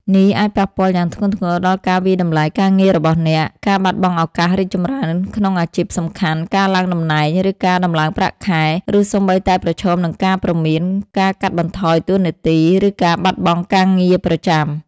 នេះអាចប៉ះពាល់យ៉ាងធ្ងន់ធ្ងរដល់ការវាយតម្លៃការងាររបស់អ្នក ការបាត់បង់ឱកាសរីកចម្រើនក្នុងអាជីពសំខាន់ ការឡើងតំណែង ឬការដំឡើងប្រាក់ខែ ឬសូម្បីតែប្រឈមនឹងការព្រមាន ការកាត់បន្ថយតួនាទី ឬការបាត់បង់ការងារប្រចាំ។